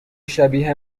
شبیه